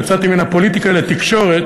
יצאתי מן הפוליטיקה אל התקשורת.